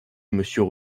monsieur